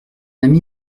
ami